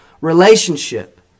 relationship